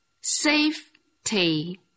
safety